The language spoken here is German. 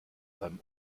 beim